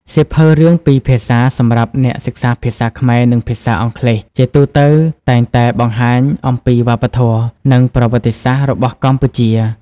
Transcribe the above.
សៀវភៅរឿងពីរភាសាសម្រាប់អ្នកសិក្សាភាសាខ្មែរ និងភាសាអង់គ្លេស ជាទូទៅតែងតែបង្ហាញអំពី វប្បធម៌ និង ប្រវត្តិសាស្ត្រ របស់កម្ពុជា។